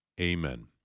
Amen